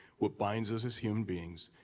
what binds us as human beings,